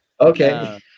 Okay